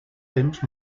temps